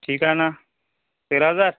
ठीक आहे ना तेरा हजार